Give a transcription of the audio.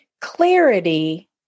Clarity